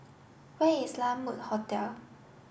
where is La Mode Hotel